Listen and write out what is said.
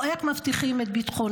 או איך מבטיחים את ביטחונן?